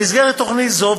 במסגרת תוכנית זו,